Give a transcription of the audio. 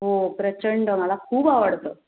हो प्रचंड मला खूप आवडतं